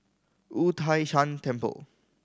Wu Tai Shan Temple